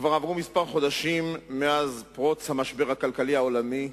כבר עברו כמה חודשים מאז פרוץ המשבר הכלכלי העולמי,